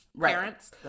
parents